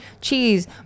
cheese